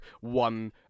one